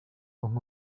con